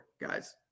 guys